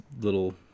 little